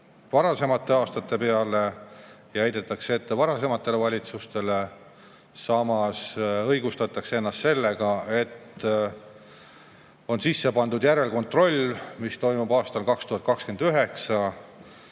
varasemate aastate peale ja kõike heidetakse ette varasematele valitsustele. Õigustatakse ennast sellega, et sisse on pandud järelkontroll, mis toimub aastal 2029.